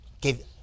Give